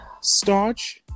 starch